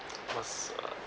must uh